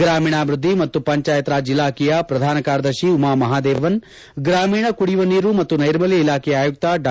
ಗ್ರಾಮೀಣಾಭಿವೃದ್ದಿ ಮತ್ತು ಪಂಚಾಯತ್ ರಾಜ್ ಇಲಾಖೆಯ ಪ್ರಧಾನಕಾರ್ಯದರ್ಶಿ ಉಮಾ ಮಹದೇವನ್ ಗ್ರಾಮೀಣ ಕುಡಿಯುವ ನೀರು ಮತ್ತು ನೈರ್ಮಲ್ಕ ಇಲಾಖೆಯ ಆಯುಕ್ತ ಡಾ